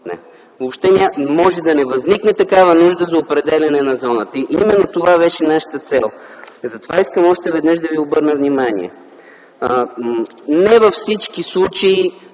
Може въобще да не възникне нужда за определяне на такава зона. Именно това беше нашата цел. Затова искам още веднъж да ви обърна внимание – не във всички случаи